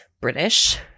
British